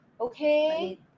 Okay